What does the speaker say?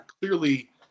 clearly